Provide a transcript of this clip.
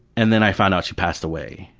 and then i found out she passed away.